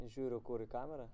žiūriu kur į kamerą